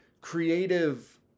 creative